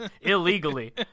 illegally